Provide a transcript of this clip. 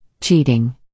cheating